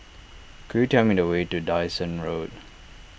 could you tell me the way to Dyson Road